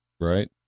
right